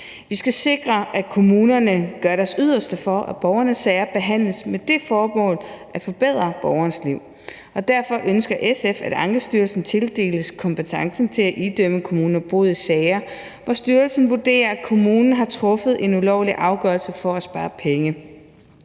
Vi skal sikre, at kommunerne gør deres yderste for, at borgernes sager behandles med det formål at forbedre borgernes liv. Og derfor ønsker SF, at Ankestyrelsen tildeles kompetence til at idømme kommuner bod i sager, hvor styrelsen vurderer, at kommunen har truffet en ulovlig afgørelse for at spare penge.